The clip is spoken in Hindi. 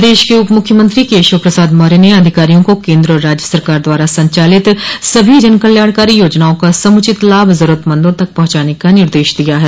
प्रदेश के उप मुख्यमंत्री केशव प्रसाद मौर्य ने अधिकारियों को केन्द्र और राज्य सरकार द्वारा संचालित सभी जनकल्याणकारी योजनाओं का समुचित लाभ जरूरतमंदों तक पहुंचाने का निर्देश दिया है